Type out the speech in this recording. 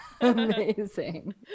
amazing